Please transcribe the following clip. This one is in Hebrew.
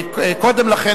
קודם לכן,